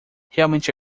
realmente